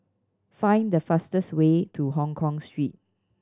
find the fastest way to Hongkong Street